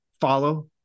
follow